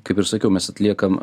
kaip ir sakiau mes atliekam